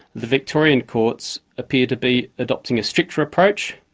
the victorian courts appear to be adopting a stricter approach,